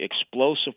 explosive